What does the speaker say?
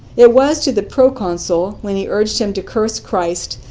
it was to the proconsul, when he urged him to curse christ,